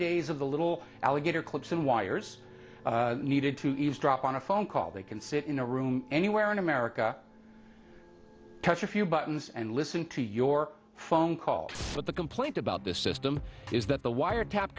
days of the little alligator clips and wires needed to eavesdrop on a phone call they can sit in a room anywhere in america touch a few buttons and listen to your phone call but the complaint about this system is that the wiretap